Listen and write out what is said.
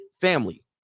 family